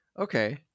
Okay